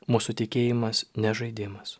mūsų tikėjimas ne žaidimas